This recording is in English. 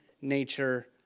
nature